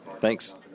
Thanks